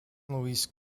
luis